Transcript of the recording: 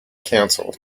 cancelled